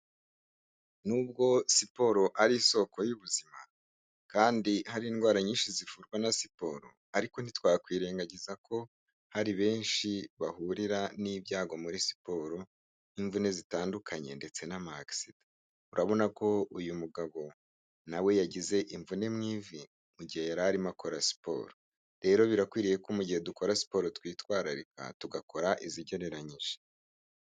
Nubwo siporo ari isoko y'ubuzima kandi hari indwara nyinshi zivurwa na siporo ariko ntitwakwirengagiza ko hari benshi bahura n'ibyago muri siporo nk'imvune zitandukanye ndetse n'ama agisida. Urabona ko uyu mugabo nawe yagize imvune mu ivi mu gihe yari arimo akora siporo rero birakwiriye ko mu gihe dukora siporo twitwararika tugakora izigereranyije.